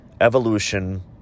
evolution